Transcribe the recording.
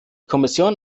kommission